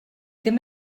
ddim